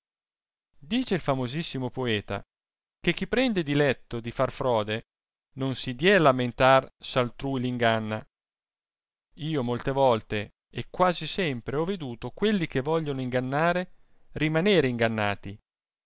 dice il famosissimo poeta che chi prende diletto di far frode non si die lamentar s altrui l inganna io molte volte e quasi sempre ho veduto quelli che vogliono ingannare rimanere ingannati